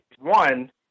one